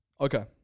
okay